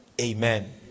Amen